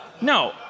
No